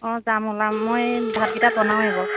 অঁ যাম ওলাম মই এই ভাতকেইটা বনাওঁৱে বাৰু